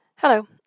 Hello